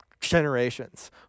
generations